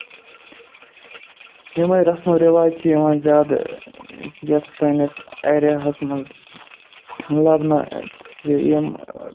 یِمے رَسمو ریواج چھِ یِوان زیادٕ یَتھ سٲنِس ایریاہَس منٛز لَبنہٕ زِ یِم